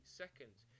seconds